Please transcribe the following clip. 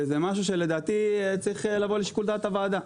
וזה משהו שלדעתי צריך לבוא לשיקול דעת הוועדה.